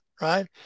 Right